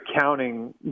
counting